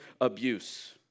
abuse